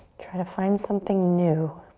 try to find something new.